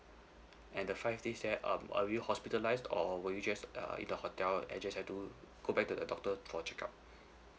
and the five days there um are you hospitalized or were you just uh in the hotel and just have to go back to the doctor for check up